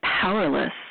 powerless